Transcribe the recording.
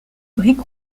brique